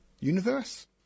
universe